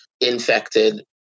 infected